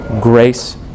Grace